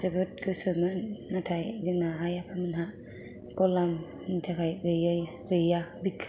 जोबोद गोसोमोन नाथाय जोंना आइ आफामोनहा गलामनि थाखाय गैयै गैया